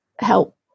help